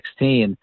2016